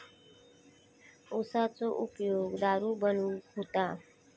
उसाचो उपयोग दारू बनवूक होता